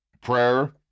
prayer